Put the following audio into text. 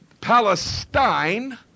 Palestine